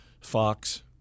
Fox